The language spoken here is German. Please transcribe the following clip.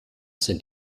sind